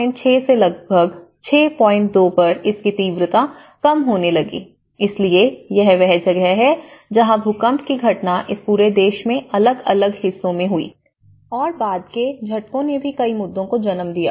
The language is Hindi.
76 से लगभग 62 पर इसकी तीव्रता कम होने लगी इसलिए यह वह जगह है जहां भूकंप की घटना इस पूरे देश में अलग अलग हिस्सों में हुई और बाद के झटको ने भी कई मुद्दों को जन्म दिया